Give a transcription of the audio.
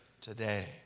today